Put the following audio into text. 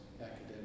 academic